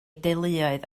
deuluoedd